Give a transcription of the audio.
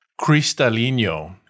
Cristalino